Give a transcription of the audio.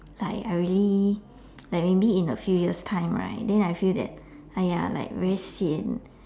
like I really like maybe in a few years time right then I feel that !aiya! like very sian